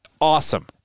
awesome